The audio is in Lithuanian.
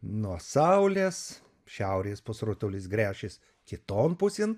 nuo saulės šiaurės pusrutulis gręšis kiton pusėn